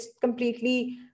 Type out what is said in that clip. completely